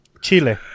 Chile